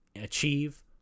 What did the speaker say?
achieve